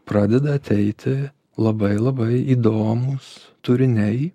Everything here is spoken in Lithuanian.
pradeda ateiti labai labai įdomūs turiniai